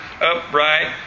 upright